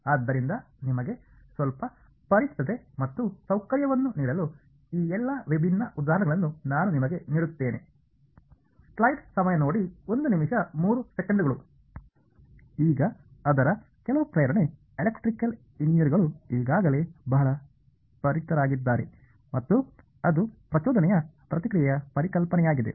ಆದ್ದರಿಂದ ನಿಮಗೆ ಸ್ವಲ್ಪ ಪರಿಚಿತತೆ ಮತ್ತು ಸೌಕರ್ಯವನ್ನು ನೀಡಲು ಈ ಎಲ್ಲಾ ವಿಭಿನ್ನ ಉದಾಹರಣೆಗಳನ್ನು ನಾನು ನಿಮಗೆ ನೀಡುತ್ತೇನೆ ಈಗ ಅದರ ಕೆಲವು ಪ್ರೇರಣೆ ಎಲೆಕ್ಟ್ರಿಕಲ್ ಎಂಜಿನಿಯರ್ಗಳು ಈಗಾಗಲೇ ಬಹಳ ಪರಿಚಿತರಾಗಿದ್ದಾರೆ ಮತ್ತು ಅದು ಪ್ರಚೋದನೆಯ ಪ್ರತಿಕ್ರಿಯೆಯ ಪರಿಕಲ್ಪನೆಯಾಗಿದೆ